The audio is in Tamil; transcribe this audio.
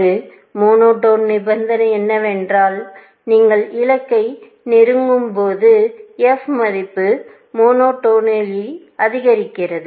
ஒரு மொனோடோன் நிபந்தனை என்னவென்றால் நீங்கள் இலக்கை நெருங்கும்போது f மதிப்பு மொனொடோனிக்கல்லி அதிகரிக்கிறது